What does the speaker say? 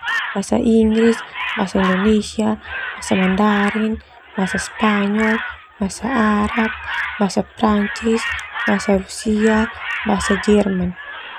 Bahasa Inggris, Bahasa Indonesia, Bahasa Mandarin, Bahasa Perancis, Bahasa Rusia, bahasa Spanyol, bahasa Arab, bahasa Mandarin, bahasa Jerman.